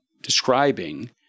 describing